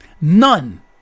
None